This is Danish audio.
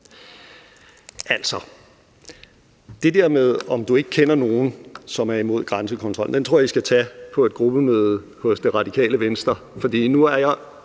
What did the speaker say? Det der med, om du ikke kender nogen, som er imod grænsekontrol, tror jeg I skal tage på et gruppemøde hos Det Radikale Venstre.